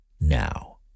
now